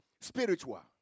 Spiritual